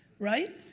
right?